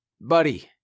Buddy